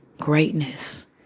greatness